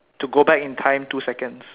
to go back in time two seconds